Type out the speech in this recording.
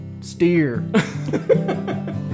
Steer